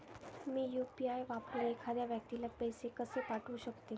मी UPI वापरून एखाद्या व्यक्तीला पैसे कसे पाठवू शकते?